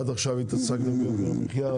עד עכשיו התעסקנו ביוקר המחיה,